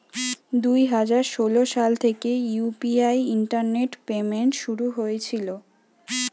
দুই হাজার ষোলো সাল থেকে ইউ.পি.আই ইন্টারনেট পেমেন্ট শুরু হয়েছিল